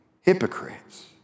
hypocrites